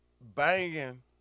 banging